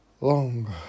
Long